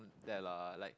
that lah like